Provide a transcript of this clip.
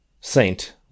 Saint